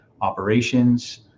operations